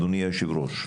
אדוני היושב-ראש.